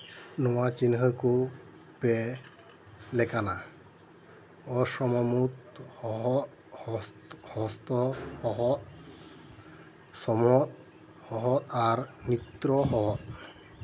ᱱᱚᱣᱟ ᱪᱤᱱᱦᱟᱹ ᱠᱚ ᱯᱮ ᱞᱮᱠᱟᱱᱟ ᱚᱥᱚᱢᱚᱢᱩᱫ ᱚᱦᱚᱫ ᱦᱚᱥᱛᱚ ᱥᱚᱢᱚᱫ ᱚᱦᱚᱫ ᱟᱨ ᱱᱤᱛᱨᱚ ᱚᱦᱚ